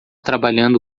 trabalhando